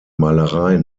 malereien